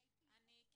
אני הייתי --- כן,